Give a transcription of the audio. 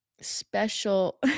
special